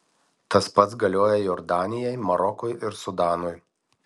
tas pats galioja jordanijai marokui ir sudanui